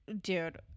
dude